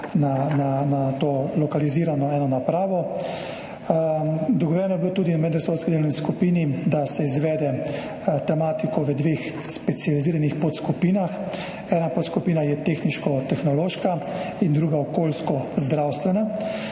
na to lokalizirano eno napravo. Dogovorjeno je bilo tudi na medresorski delovni skupini, da se izvede tematiko v dveh specializiranih podskupinah, ena podskupina je tehniškotehnološka in druga okoljskozdravstvena.